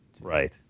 Right